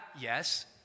yes